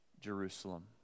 jerusalem